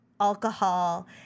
alcohol